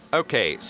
okay